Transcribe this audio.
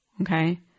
Okay